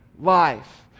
life